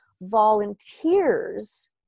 volunteers